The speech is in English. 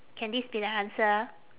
can this be the answer